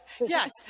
Yes